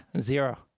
zero